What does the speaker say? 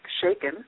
shaken